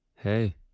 Hey